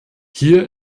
hier